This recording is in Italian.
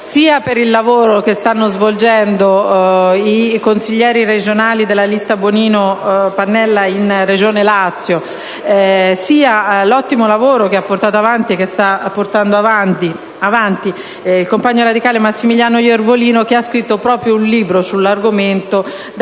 sia per il lavoro che stanno svolgendo i consiglieri regionali della lista Bonino-Pannella in Regione Lazio, sia per l'ottimo lavoro che sta portando avanti il compagno radicale Massimiliano Iervolino, che ha scritto un libro sull'argomento dal